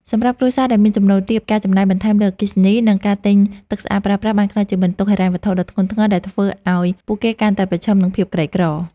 សម្រាប់គ្រួសារដែលមានចំណូលទាប ការចំណាយបន្ថែមលើអគ្គិសនី និងការទិញទឹកស្អាតប្រើប្រាស់បានក្លាយជាបន្ទុកហិរញ្ញវត្ថុដ៏ធ្ងន់ធ្ងរ ដែលធ្វើឱ្យពួកគេកាន់តែប្រឈមនឹងភាពក្រីក្រ។